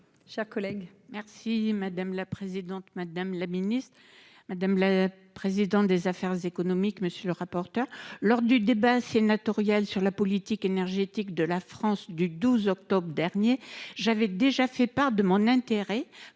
Merci madame la présidente, madame la ministre, madame la présidente des affaires économiques. Monsieur le rapporteur. Lors du débat sénatorial sur la politique énergétique de la France, du 12. Dernier j'avais déjà fait part de mon intérêt quant